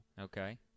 Okay